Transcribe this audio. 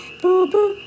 boo-boo